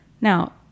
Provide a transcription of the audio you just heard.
Now